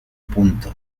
punto